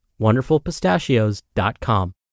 wonderfulpistachios.com